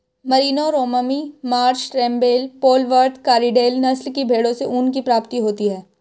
Merino, Romney Marsh, रेम्बेल, Polwarth, Corriedale नस्ल की भेंड़ों से ऊन की प्राप्ति होती है